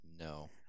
No